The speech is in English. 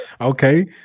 Okay